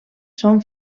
són